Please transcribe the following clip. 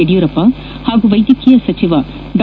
ಯಡಿಯೂರಪ್ಪ ಹಾಗೂ ವೈದ್ಯಕೀಯ ಸಚಿವ ಡಾ